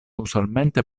usualmente